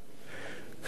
כנסת נכבדה,